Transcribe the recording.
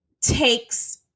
takes